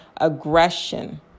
aggression